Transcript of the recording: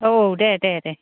औ दे दे दे